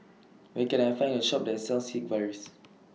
Where Can I Find A Shop that sells Sigvaris